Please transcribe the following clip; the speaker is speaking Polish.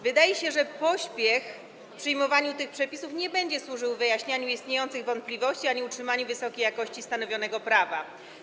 Wydaje się, że pośpiech w przyjmowaniu tych przepisów nie będzie służył wyjaśnieniu istniejących wątpliwości ani utrzymaniu wysokiej jakości stanowionego prawa.